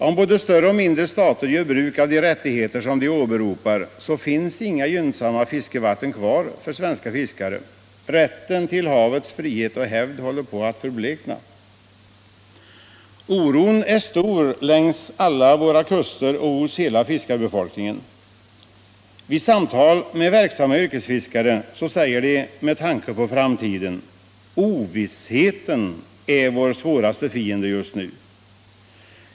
Om både större och mindre stater gör bruk av de rättigheter som de åberopar finns inga gynnsamma fiskevatten kvar för svenska fiskare. Havets frihet håller på att försvinna. Oron är stor hos fiskarbefolkningen längs alla våra kuster. Verksamma yrkesfiskare säger med tanke på framtiden: Ovissheten är vår svåraste fiende just nu.